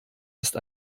ist